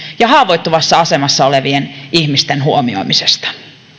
ja haavoittuvassa asemassa olevien ihmisten huomioimisesta